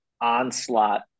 onslaught